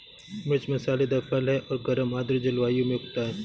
मिर्च मसालेदार फल है और गर्म आर्द्र जलवायु में उगता है